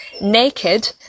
naked